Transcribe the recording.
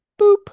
boop